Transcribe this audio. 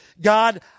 God